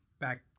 Back